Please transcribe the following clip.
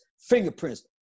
fingerprints